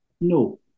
No